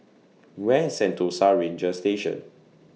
Where IS Sentosa Ranger Station